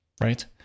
Right